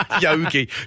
Yogi